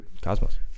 Cosmos